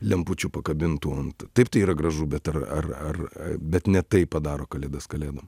lempučių pakabintų ant taip tai yra gražu bet ar ar ar bet ne tai padaro kalėdas kalėdom